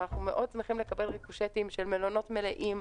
אנחנו מאוד שמחים לקבל ריקושטים של מלונות מלאים,